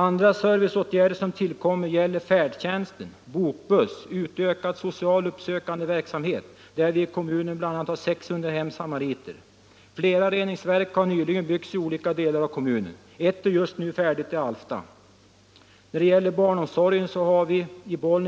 Andra serviceåtgärder som tillkommit gäller färdtjänst, bokbuss och utökad social uppsökande verksamhet; vi har i kommunen bl.a. 600 hemsamariter. Flera reningsverk har nyligen byggts i olika delar av kommunen - ett är just nu färdigt i Alfta. När det gäller barnomsorgen har vi